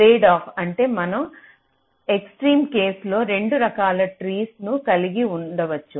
tradeoff అంటే మనం extreme కేసులో 2 రకాల ట్రీస్ను కలిగి ఉండవచ్చు